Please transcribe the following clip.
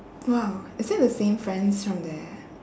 !wow! is it the same friends from their